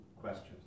questions